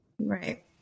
Right